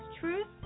Truth